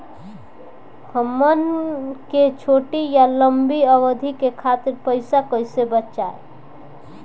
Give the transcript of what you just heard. हमन के छोटी या लंबी अवधि के खातिर पैसा कैसे बचाइब?